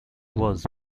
was